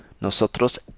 nosotros